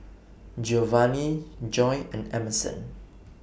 Giovani Joy and Emerson